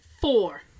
four